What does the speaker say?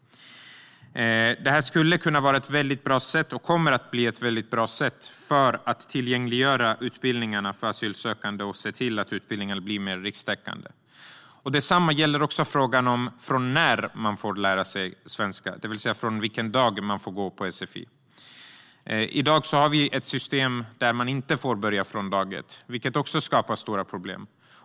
Det här skulle kunna vara och kommer att bli ett väldigt bra sätt att tillgängliggöra utbildningarna för asylsökande och se till att utbildningarna blir mer rikstäckande. Detsamma gäller frågan från vilken dag man ska få gå på sfi. I dag har vi ett system där man inte får börja från dag ett, vilket skapar stora problem.